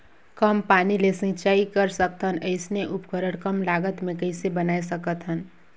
कम पानी ले सिंचाई कर सकथन अइसने उपकरण कम लागत मे कइसे बनाय सकत हन?